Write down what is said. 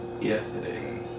yesterday